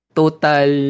total